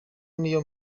niyo